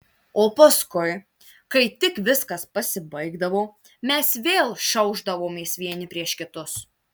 o paskui kai tik viskas pasibaigdavo mes vėl šiaušdavomės vieni prieš kitus